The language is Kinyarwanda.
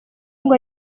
ngo